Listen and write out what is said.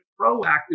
proactively